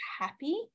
happy